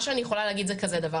מה שאני יכולה להגיד זה כזה דבר: